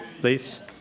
please